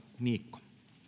niikko